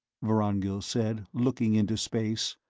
vorongil said, looking into space,